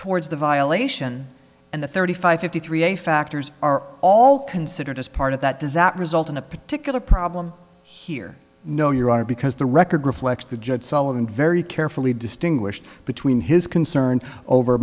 towards the violation and the thirty five fifty three a factors are all considered as part of that does that result in a particular problem here no your honor because the record reflects the judge sullivan very carefully distinguished between his concern over